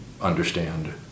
understand